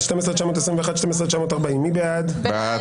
12,861 עד 12,880, מי בעד?